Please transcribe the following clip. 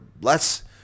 less